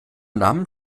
namen